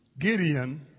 Gideon